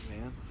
man